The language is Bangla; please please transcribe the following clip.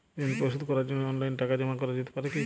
ঋন পরিশোধ করার জন্য অনলাইন টাকা জমা করা যেতে পারে কি?